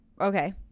okay